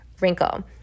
wrinkle